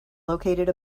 located